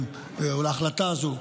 או להחלטה הזו,